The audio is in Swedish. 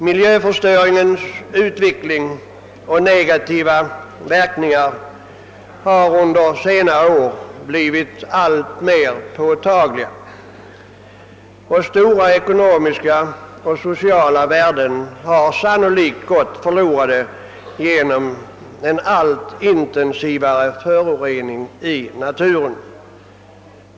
Miljöförstöringens negativa verkningar har under senare år blivit alltmer påtagliga, och stora ekonomiska och sociala värden har sannolikt gått förlorade genom en allt intensivare förorening i naturen.